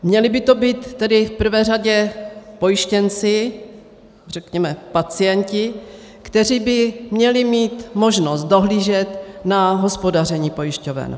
Měli by to být tedy v prvé řadě pojištěnci, řekněme pacienti, kteří by měli mít možnost dohlížet na hospodaření pojišťoven.